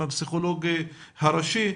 עם הפסיכולוג הראשי,